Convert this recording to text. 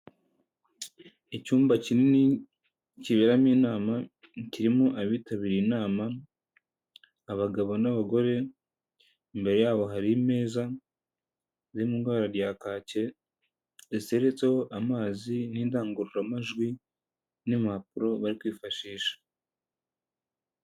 Icyumba kinini kiberamo inama, kirimo abitabiriye inama, abagabo n'abagore, imbere yabo hari imeza ziri mu ibara rya kake, ziteretseho amazi n'indangururamajwi, n'impapuro bari kwifashisha.